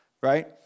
right